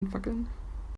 entwackeln